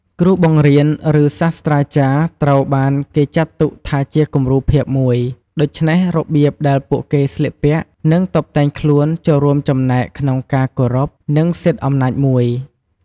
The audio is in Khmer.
គ្រូបង្រៀន ឬ សាស្ត្រាចារ្យត្រូវបានគេចាត់ទុកថាជាគំរូភាពមួយ ដូច្នេះរបៀបដែលពួកគេស្លៀកពាក់ និងតុបតែងខ្លួនចូលរួមចំណែកក្នុងការគោរព និងសិទ្ធអំណាចមួយ។